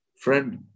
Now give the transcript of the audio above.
Friend